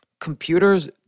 computers